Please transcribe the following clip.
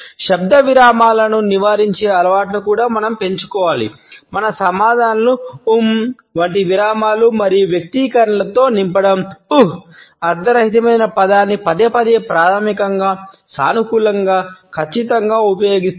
శబ్ద విరామాలను నివారించే అలవాటును కూడా మనం పెంచుకోవాలి మన సమాధానాలను 'ఉమ్' వంటి విరామాలు మరియు వ్యక్తీకరణలతో నింపడం 'ఉహ్ అర్థరహితమైన పదాన్ని పదేపదే ప్రాథమికంగా సానుకూలంగా ఖచ్చితంగా ఉపయోగిస్తున్నారు